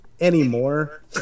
anymore